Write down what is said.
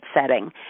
setting